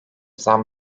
zam